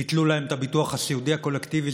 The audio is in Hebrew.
ביטלו להם את הביטוח הסיעודי הקולקטיבי,